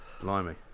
Blimey